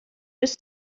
bis